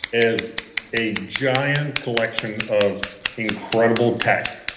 is a giant collection of incredible tech.